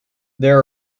there